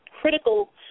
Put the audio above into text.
critical